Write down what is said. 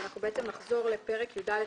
אנחנו נחזור לפרק י"א,